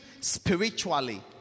spiritually